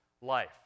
life